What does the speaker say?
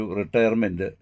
retirement